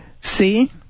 See